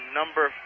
number